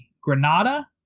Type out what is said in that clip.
Granada